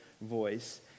voice